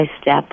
step